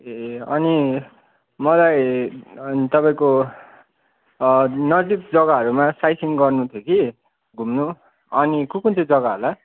ए अनि मलाई तपाईँको नजिक जग्गाहरूमा साइड सिन गर्नु थियो कि घुम्नु अनि कुन कुन चाहिँ जग्गा होला